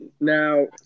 Now